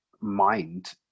mind